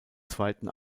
zweiten